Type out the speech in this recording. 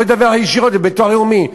לא ידווח ישירות לביטוח הלאומי?